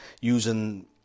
using